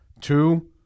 Two